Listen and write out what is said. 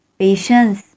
patience